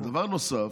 ודבר נוסף,